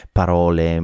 parole